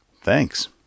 Thanks